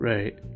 Right